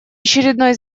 очередной